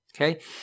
okay